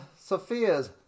Sophia's